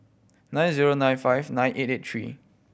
nine zero nine five nine eight eight three